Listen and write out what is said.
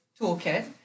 toolkit